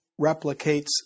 replicates